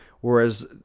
whereas